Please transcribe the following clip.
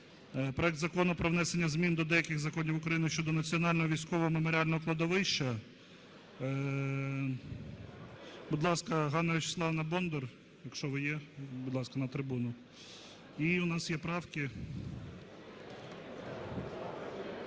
проект Закону про внесення змін до деяких законів України щодо Національного військового меморіального кладовища. Будь ласка, Ганна Вячеславівна Бондар. Якщо ви є, будь ласка, на трибуну. І у нас є правки.